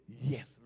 yes